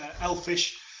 elfish